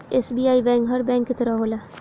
SBI bank हर bank के तरह होला